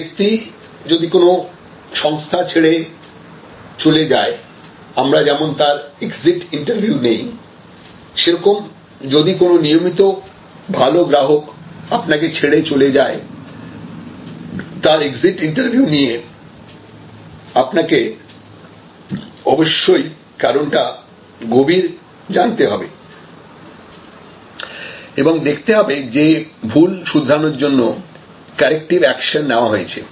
কোন ব্যক্তি যদি কোন সংস্থা ছেড়ে চলে যায় আমরা যেমন তার এক্সিট ইন্টারভিউ নেই সেরকম যদি কোন নিয়মিত ভালো গ্রাহক আপনাকে ছেড়ে চলে যায় তার এক্সিট ইন্টারভিউ নিয়ে আপনাকে অবশ্যই কারণটা গভীর হবে জানতে হবে এবং দেখতে হবে যে ভুল শুধরানোর জন্য কারেক্টাইভ অ্যাকশন নেওয়া হয়েছে